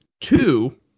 Two